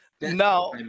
Now